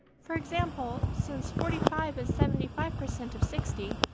for example, since forty five is seventy five percent of sixty,